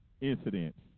incidents